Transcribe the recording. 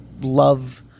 love